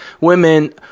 women